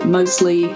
mostly